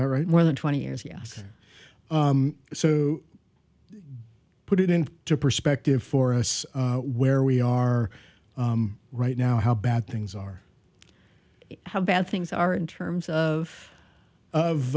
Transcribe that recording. that right more than twenty years yes so put it in perspective for us where we are right now how bad things are how bad things are in terms of of